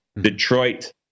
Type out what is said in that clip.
Detroit